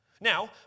Now